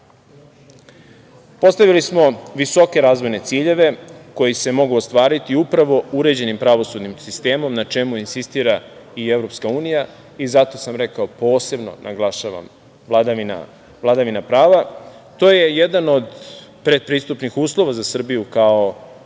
prava. Postavili smo razvojne ciljeve koji se mogu ostvariti upravo uređenim pravosudnim sistemom na čemu insistira i EU i zato sam rekao, posebno naglašavam vladavina prava. To je jedan od predpristupnih uslova za Srbiju kao